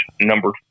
number